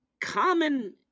common